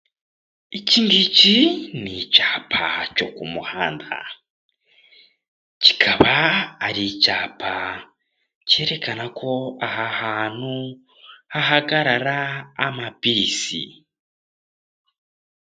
Ikingiki ni icyapaa cyo ku muhanda, kikaba ari icyapa cyerekana ko aha hantu hahagarara amabisi.